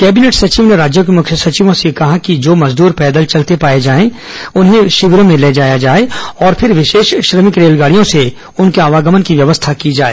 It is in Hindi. कैबिनेट सचिव ने राज्यों के मुख्य सचिवों से कहा कि जो मजदूर पैदल चलते पाये जाएं उन्हें शिविरों में ले जाया जाए और फिर विशेष श्रमिक रेलगाड़ियों से उनके आवागमन की व्यवस्था की जाए